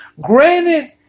granted